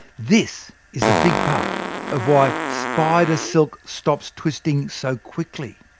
this is a big part of why spider silk stops twisting so quickly.